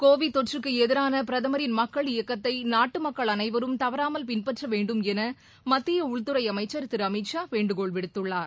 Covid தொற்றுக்கு எதிரான பிரதமரின் மக்கள் இயக்கத்தை நாட்டு மக்கள் அனைவரும் தவறாமல் பின்பற்ற வேண்டும் என மத்திய உள்துறை அமைச்சர் திரு அமித் ஷா வேண்டுகோள் விடுத்துள்ளார்